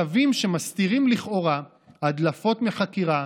צווים שמסתירים לכאורה הדלפות מחקירה,